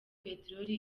peteroli